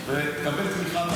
תקבל תמיכה במובן הזה.